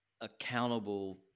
accountable